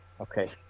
Okay